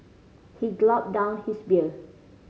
he down his beer